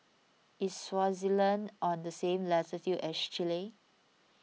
is Swaziland on the same latitude as Chile